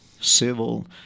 Civil